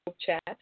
chat